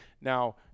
now